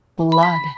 Blood